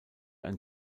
ein